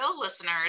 listeners